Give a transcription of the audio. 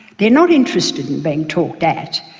they're not interested in being talked at.